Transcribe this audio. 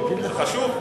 החוק.